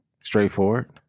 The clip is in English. straightforward